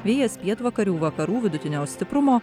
vėjas pietvakarių vakarų vidutinio stiprumo